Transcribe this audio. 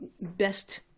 best